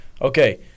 Okay